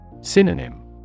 Synonym